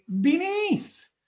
beneath